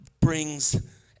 brings